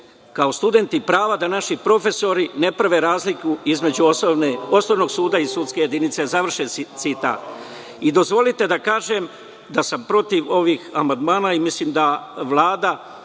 kao studenti prava da naši profesori ne prave razliku između osnovnog suda i sudske jedinice“, završen citat. Dozvolite da kažem da sam protiv ovih amandmana i mislim da Vlada,